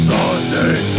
Sunday